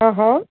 હં હં